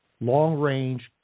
long-range